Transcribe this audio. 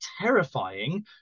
terrifying